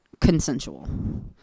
consensual